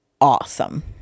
awesome